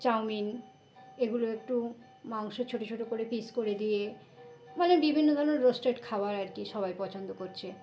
chowmein এগুলো একটু মাংস ছোট ছোট করে পিস করে দিয়ে মানে বিভিন্ন ধরনের রোস্টেড খাবার আর কি সবাই পছন্দ করছে